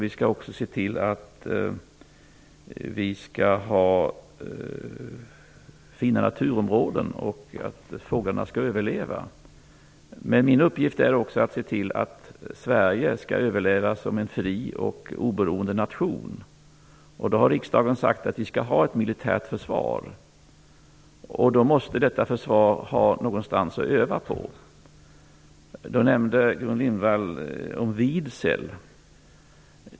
Vi skall också se till att vi har fina naturområden så att fåglarna skall överleva. Men min uppgift är också att se till att Sverige skall överleva som en fri och oberoende nation. Riksdagen har sagt att vi skall ha ett militärt försvar. Då måste detta försvar ha någonstans att öva. Gudrun Lindvall nämnde Vidsel.